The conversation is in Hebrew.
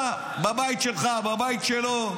אתה, בבית שלך, בבית שלו,